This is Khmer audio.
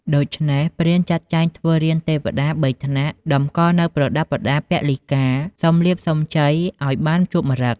ដូច្នេះ ព្រានចាត់ចែងធ្វើរានទេវតា ៣ថ្នាក់ តម្កល់នូវប្រដាប់ប្រដាពលីការ សុំលាភសុំជ័យឱ្យបានជួបម្រឹគ។